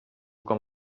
com